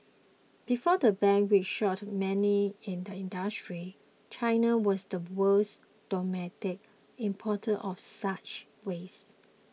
before the ban which shocked many in the industry China was the world's dominant importer of such waste